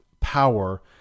power